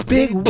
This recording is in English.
Big